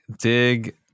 Dig